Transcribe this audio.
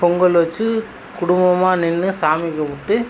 பொங்கல் வச்சு குடும்பமாக நின்று சாமி கும்பிட்டு